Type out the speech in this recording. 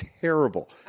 terrible